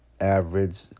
average